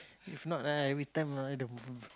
if not ah every time ah the